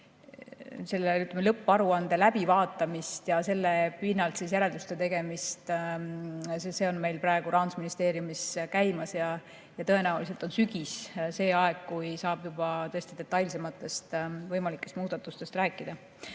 Lõpparuande läbivaatamine ja selle pinnalt järelduste tegemine on meil praegu Rahandusministeeriumis käimas. Tõenäoliselt on sügis see aeg, kui saab juba tõesti detailsemalt võimalikest muudatustest rääkida.